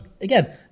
Again